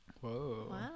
whoa